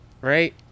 right